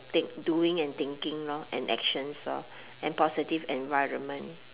think doing and thinking lor and actions lor and positive environment